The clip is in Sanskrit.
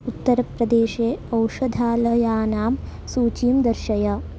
उत्तरप्रदेशे औषधालयानां सूचीं दर्शय